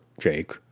Jake